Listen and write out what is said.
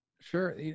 Sure